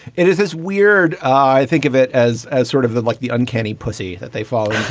it is this weird. i think of it as as sort of like the uncanny pussy that they follow you.